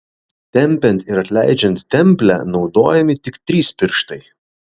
tempiant ir atleidžiant templę naudojami tik trys pirštai